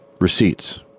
receipts